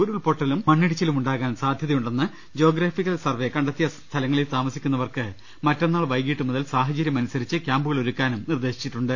ഉരുൾപ്പൊട്ടലും മണ്ണിടിച്ചിലുമുണ്ടാകാൻ സാധൃതയുണ്ടെന്ന് geographical survey കണ്ടെത്തിയ സ്ഥലങ്ങളിൽ താമസിക്കുന്ന വർക്ക് മറ്റന്നാൾ വൈകീട്ട് മുതൽ സാഹചര്യം അനുസരിച്ച് ക്യാമ്പു കൾ ഒരുക്കാനും നിർദേശിച്ചിട്ടുണ്ട്